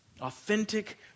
Authentic